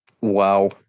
Wow